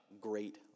great